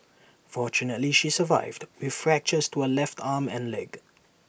fortunately she survived with fractures to her left arm and leg